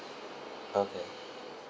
okay